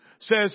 says